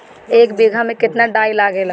एक बिगहा में केतना डाई लागेला?